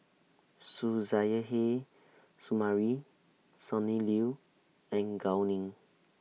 Suzairhe Sumari Sonny Liew and Gao Ning